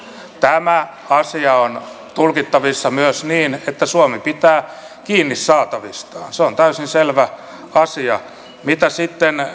tämä asia on tulkittavissa myös niin että suomi pitää kiinni saatavistaan se on täysin selvä asia mitä sitten